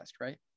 right